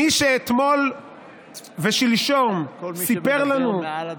מי שאתמול ושלשום סיפר לנו כל מי שמדבר מעל הדוכן,